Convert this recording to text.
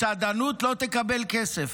מסעדנות לא תקבל כסף.